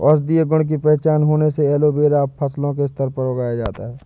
औषधीय गुण की पहचान होने से एलोवेरा अब फसलों के स्तर पर उगाया जाता है